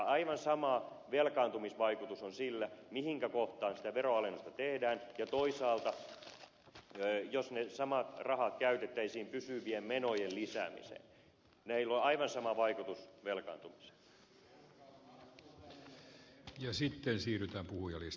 aivan sama velkaantumisvaikutus on sillä mihinkä kohtaan sitä veronalennusta tehdään ja toisaalta jos ne samat rahat käytettäisiin pysyvien menojen lisäämiseen näillä on aivan sama vaikutus velkaantumiseen